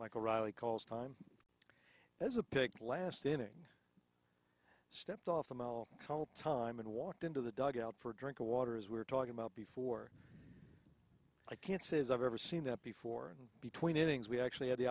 michael riley calls time as a pick last inning stepped off the call time and walked into the dugout for a drink of water as we were talking about before i can't say as i've ever seen that before between innings we actually had the